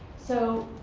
so